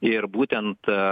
ir būtent